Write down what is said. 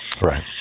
Right